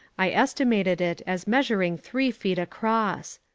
i estimated it as measuring three feet across.